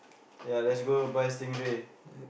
ya let's go buy stingray